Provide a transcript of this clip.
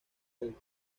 del